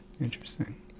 Interesting